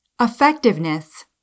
Effectiveness